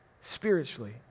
spiritually